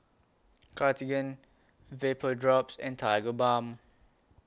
Cartigain Vapodrops and Tigerbalm